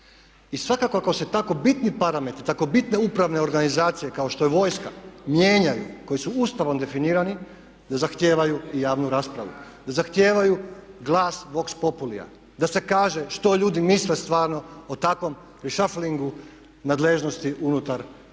I svakako ako se tako bitni parametri, tako bitne upravne organizacije kao što je vojska mijenjaju, koji su Ustavom definirani zahtijevaju i javnu raspravu, zahtijevaju i glas vox populia da se kaže što ljudi misle stvarno o takvom reshufflingu nadležnosti unutar našeg